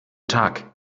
tag